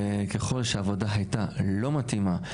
ככל שהעבודה הייתה לא מתאימה,